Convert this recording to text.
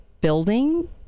building